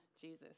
Jesus